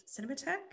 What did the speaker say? Cinematech